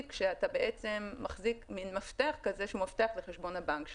כשאתה מחזיק מעין מפתח שהוא מפתח לחשבון הבנק שלך.